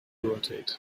rotate